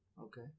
Okay